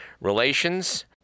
relations